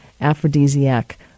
aphrodisiac